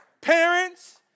Parents